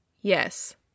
Yes